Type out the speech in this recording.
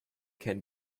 can